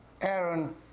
Aaron